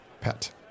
pet